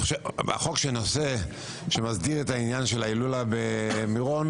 חוק שמסדיר את העניין של ההילולה במירון,